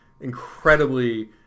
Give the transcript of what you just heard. incredibly